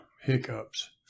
hiccups